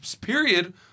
period